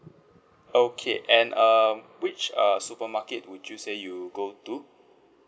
okay and um which err supermarket would you say you go to